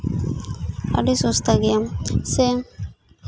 ᱟᱹᱰᱤ ᱥᱚᱥᱛᱟ ᱜᱮᱭᱟ ᱥᱮ